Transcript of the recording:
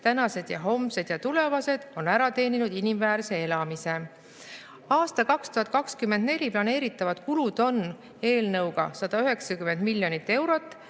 tänased, homsed ja tulevased, on ära teeninud inimväärse elamise. Aastal 2024 planeeritavad kulud on eelnõu kohaselt 190 miljonit eurot